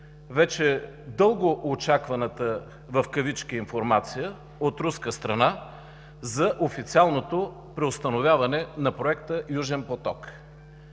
вече дългоочакваната „информация” от руска страна за официалното преустановяване на проекта „Южен поток”.